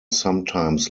sometimes